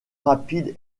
rapide